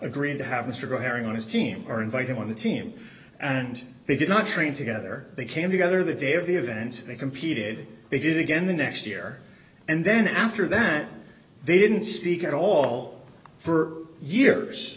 agreed to have mr go haring on his team or invite him on the team and they did not train together they came together the day of the event they competed they did again the next year and then after that they didn't speak at all for years